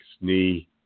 knee